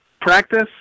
practice